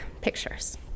pictures